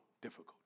difficult